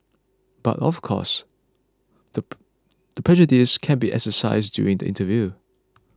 but of course the the prejudice can be exercised during the interview